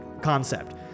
concept